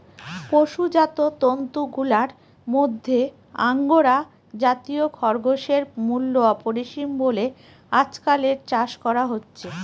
পশুজাত তন্তুগুলার মধ্যে আঙ্গোরা জাতীয় খরগোশের মূল্য অপরিসীম বলে আজকাল এর চাষ করা হচ্ছে